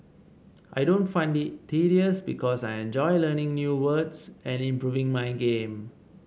I don't find it tedious because I enjoy learning new words and improving my game